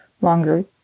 longer